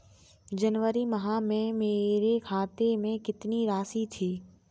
जनवरी माह में मेरे खाते में कितनी राशि थी?